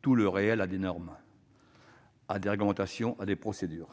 tout le réel à des normes, à des réglementations, à des procédures.